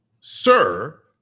sir